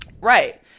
Right